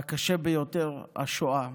הקשה ביותר, השואה.